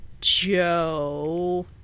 Joe